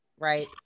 Right